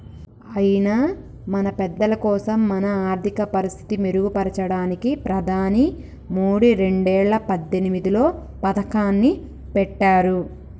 అయినా మన పెద్దలకోసం మన ఆర్థిక పరిస్థితి మెరుగుపడడానికి ప్రధాని మోదీ రెండేల పద్దెనిమిదిలో పథకాన్ని పెట్టారు